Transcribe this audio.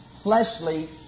Fleshly